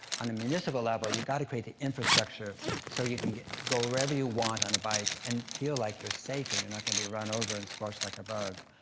on the municipal level, you gotta create the infrastructure so you can go wherever you want on a bike, and feel like you're safe and you're not gonna be run over and squashed like a bug.